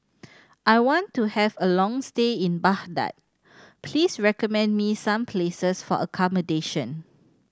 I want to have a long stay in Baghdad please recommend me some places for accommodation